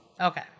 Okay